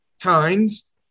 times